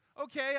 Okay